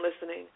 listening